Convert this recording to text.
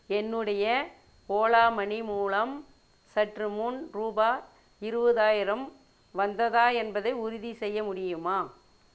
என்னுடைய ஓலா மணி மூலம் சற்றுமுன் ரூபாய் இருபதாயிரம் வந்ததா என்பது உறுதிசெய்ய முடியுமா